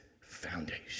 foundation